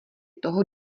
toho